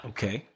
Okay